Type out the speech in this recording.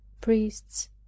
priests